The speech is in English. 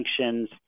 sanctions